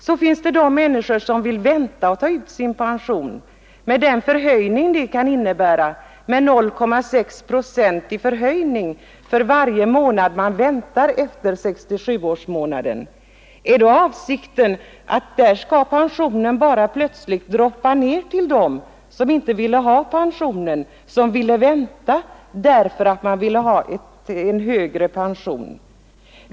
Så finns Nr 56 det de människor som vill vänta att ta ut sin pension med den förhöjning Onsdagen den det kan innebära med 0,6 procent för varje månad man väntar efter 12 april 1972 67-årsmånaden. Är då avsikten att pensionen plötsligt skall droppa ner till dem som inte vill ha pension, som vill vänta för att de skall få en högre pension?